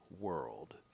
world